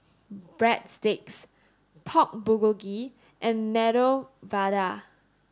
Breadsticks Pork Bulgogi and Medu Vada